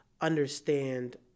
understand